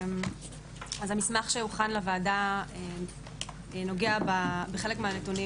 המסמך שהוכן לוועדה נוגע בחלק מהנתונים